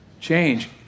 change